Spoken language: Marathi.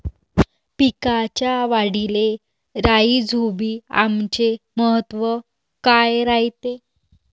पिकाच्या वाढीले राईझोबीआमचे महत्व काय रायते?